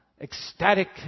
ecstatic